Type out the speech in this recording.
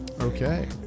Okay